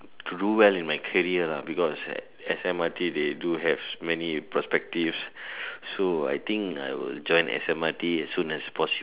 to do well in my career lah because S_M_R_T they do have many perspectives so I think I will join S_M_R_T as soon as possible